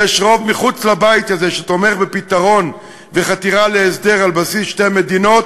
שיש רוב מחוץ לבית הזה שתומך בפתרון וחתירה להסדר על בסיס שתי מדינות,